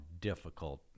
difficult